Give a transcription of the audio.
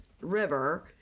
River